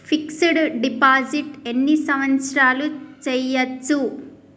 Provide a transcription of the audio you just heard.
Fix డ్ deposit ఎన్ని సంవత్సరాలు చేయచ్చు?